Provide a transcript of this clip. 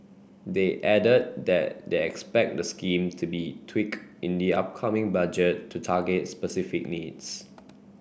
they added that they expect the scheme to be tweaked in the upcoming Budget to target specific needs